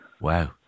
Wow